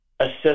assist